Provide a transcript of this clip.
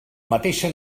mateixa